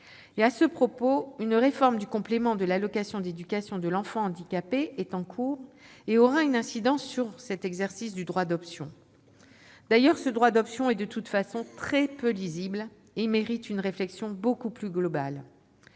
À ce propos, une réforme du complément de l'allocation d'éducation de l'enfant handicapé est en cours, qui aura une incidence sur l'exercice du droit d'option. Ce droit d'option, qui est de toute façon peu lisible, mérite une réflexion beaucoup plus globale.